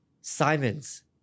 Simons